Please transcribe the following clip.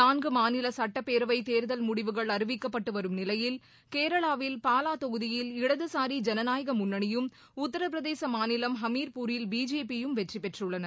நான்கு மாநில சட்டப்பேரவை தேர்தல் முடிவுகள் அறிவிக்கப்பட்டு வரும் நிலையில் கேரளாவில் பாலா தொகுதியில் இடதுசாரி ஜனநாயக முன்னணியும் உத்தரப்பிரதேச மாநிலம் ஹமீாபூரில் பிஜேபியும் வெற்றி பெற்றுள்ளன